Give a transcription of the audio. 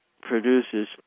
produces